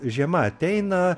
žiema ateina